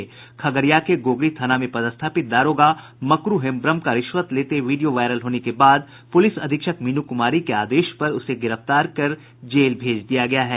खगड़िया के गोगरी थाना में पदस्थापित दारोगा मकरू हेम्ब्रम का रिश्वत लेते वीडियो वायरल होने के बाद पुलिस अधीक्षक मीनू कुमारी के आदेश पर उसे गिरफ्तार कर जेल भेज दिया गया है